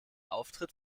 auftritt